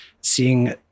seeing